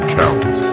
count